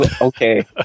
okay